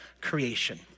creation